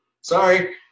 sorry